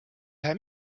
ühe